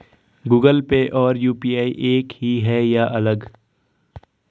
Google Pay और UPI एक ही है या अलग?